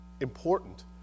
important